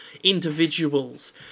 Individuals